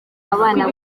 abana